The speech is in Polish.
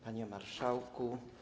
Panie Marszałku!